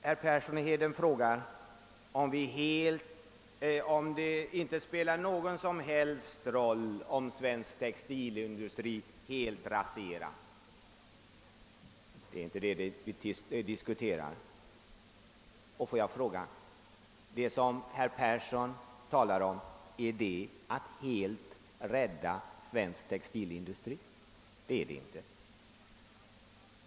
Herr Persson i Heden frågar, om det inte spelar någon som helst roll att svensk textilindustri helt raseras. Det är inte det vi diskuterar nu. Låt mig i stället fråga, om det är herr Perssons mening att helt kunna rädda svensk textilindustri. Det kan det inte vara.